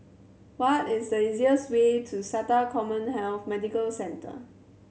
what is the easiest way to SATA CommHealth Medical Centre